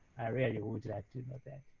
i really would like to know that.